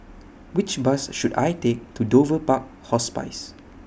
Which Bus should I Take to Dover Park Hospice